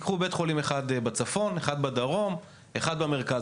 קחו בית חולים אחד בצפון, אחד בדרום ואחד במרכז.